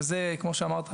וזה כמו שאמרת,